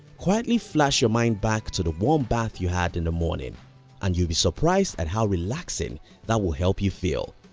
quietly flash your mind back to the warm bath you had in the morning and you'd be surprised at how relaxing that will help you feel,